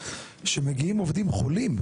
שמגיעים עובדים חולים,